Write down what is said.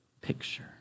picture